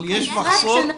אבל יש מחסור?